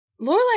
Lorelai